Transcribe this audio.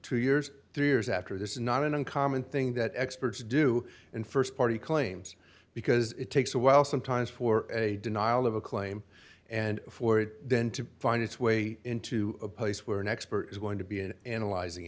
two years three years after this is not an uncommon thing that experts do and st party claims because it takes a while sometimes for a denial of a claim and for it then to find its way into a place where an expert is going to be in analyzing